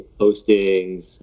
postings